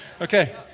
Okay